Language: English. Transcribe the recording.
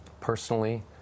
personally